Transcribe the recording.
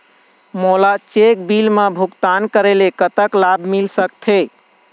मोला cheque bill मा भुगतान करेले कतक लाभ मिल सकथे?